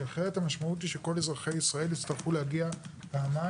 כי אחרת המשמעות היא שכל אזרחי ישראל להגיע פעמיים.